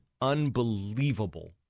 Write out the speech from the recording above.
unbelievable